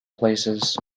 places